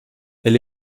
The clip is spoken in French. elle